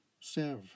Serve